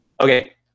Okay